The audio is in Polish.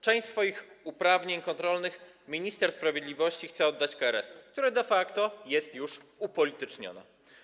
Część swoich uprawnień kontrolnych minister sprawiedliwości chce oddać KRS, która de facto jest już upolityczniona.